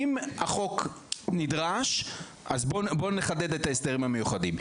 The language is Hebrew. אם החוק נדרש אז בואו נחדד את ההסדרים המיוחדים,